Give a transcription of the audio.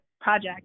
project